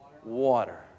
water